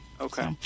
Okay